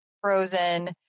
frozen